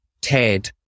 Ted